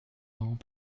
vraiment